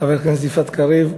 חברת הכנסת יפעת קריב.